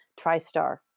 Tristar